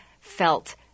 felt